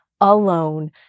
alone